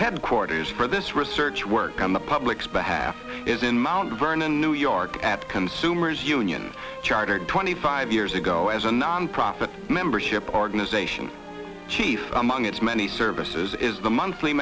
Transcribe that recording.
headquarters for this research work on the public's behalf is in mt vernon new york at consumers union chartered twenty five years ago as a nonprofit membership organization chief among its many services is the monthly